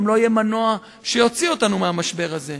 גם לא יהיה מנוע שיוציא אותנו מהמשבר הזה.